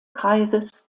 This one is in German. kreises